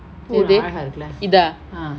எது இதா:ethu itha